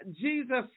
Jesus